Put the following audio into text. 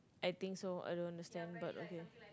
I think so I don't understand but okay